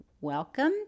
welcome